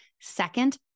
Second